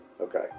Okay